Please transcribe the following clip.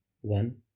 one